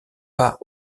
pas